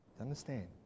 Understand